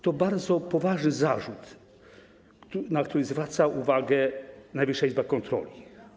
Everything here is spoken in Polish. To bardzo poważny zarzut, na który zwraca uwagę Najwyższa Izba Kontroli.